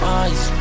eyes